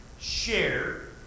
share